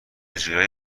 جورایی